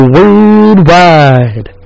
Worldwide